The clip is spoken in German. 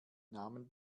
namen